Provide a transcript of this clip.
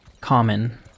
common